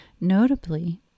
Notably